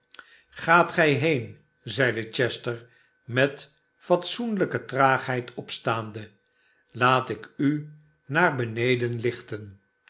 gaat gij heen zeide chester met fatsoenlijke traagheid opstaande laat ik u naar beneden lichten